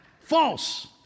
False